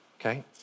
Okay